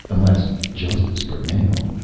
unless justice prevailed.